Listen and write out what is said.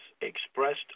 expressed